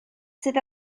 sydd